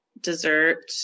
dessert